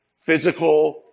physical